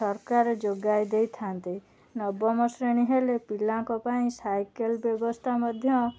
ସରକାର ଯୋଗାଇ ଦେଇଥାନ୍ତି ନବମଶ୍ରେଣୀ ହେଲେ ପିଲାଙ୍କପାଇଁ ସାଇକେଲ ବ୍ୟବସ୍ଥା ମଧ୍ୟ